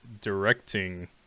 directing